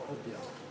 ועדת הכנסת תחליט.